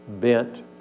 bent